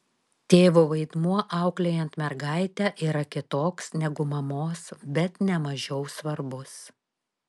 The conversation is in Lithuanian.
tėvo vaidmuo auklėjant mergaitę yra kitoks negu mamos bet ne mažiau svarbus